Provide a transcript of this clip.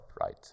right